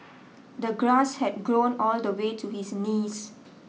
the grass had grown all the way to his knees